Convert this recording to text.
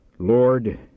Lord